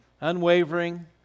unwavering